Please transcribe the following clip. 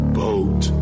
boat